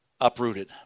uprooted